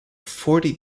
forty